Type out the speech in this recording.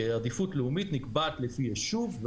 כי עדיפות לאומית נקבעת לפי יישוב,